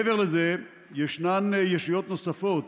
מעבר לזה, ישנן ישויות נוספות.